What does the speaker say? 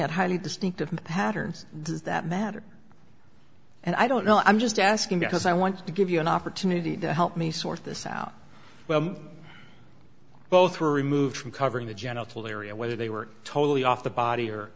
at highly distinctive patterns does that matter and i don't know i'm just asking because i want to give you an opportunity to help me sort this out well both were removed from covering the genital area whether they were totally off the body or